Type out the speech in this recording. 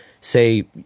say